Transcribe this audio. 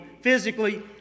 physically